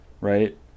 right